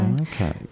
Okay